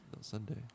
Sunday